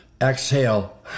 exhale